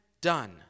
done